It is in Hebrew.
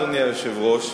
אדוני היושב-ראש,